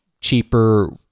cheaper